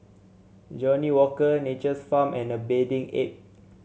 Johnnie Walker Nature's Farm and A Bathing Ape